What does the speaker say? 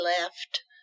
left